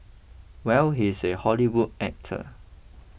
well he's a Hollywood actor